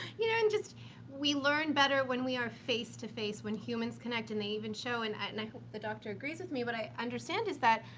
you know, and just we learn better when we are face to face, when humans connect. and they even show, and and i hope the doctor agrees with me, but i understand is that,